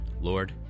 Lord